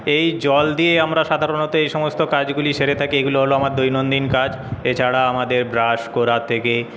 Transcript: এই জল দিয়ে আমরা সাধারণত এই সমস্ত কাজগুলি সেরে থাকি এগুলো হলো আমার দৈনন্দিন কাজ এছাড়া আমাদের ব্রাশ করা থেকে